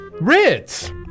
Ritz